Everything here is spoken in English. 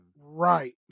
Right